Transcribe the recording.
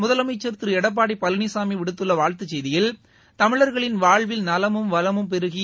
முதலமைச்சா் திரு எடப்பாடி பழனிசாமி விடுத்துள்ள வாழ்த்துச் செய்தியில் தமிழா்களின் வாழ்வில் நலமும் வளமும் பெருகி